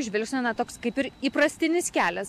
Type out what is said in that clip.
žvilgsnio toks kaip ir įprastinis kelias